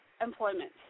Employment